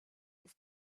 his